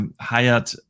hired